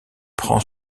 prend